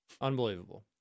Unbelievable